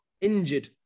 injured